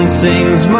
sings